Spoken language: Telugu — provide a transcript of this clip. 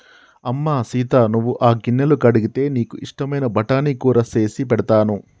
అమ్మ సీత నువ్వు ఆ గిన్నెలు కడిగితే నీకు ఇష్టమైన బఠానీ కూర సేసి పెడతాను